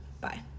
Bye